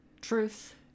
truth